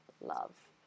love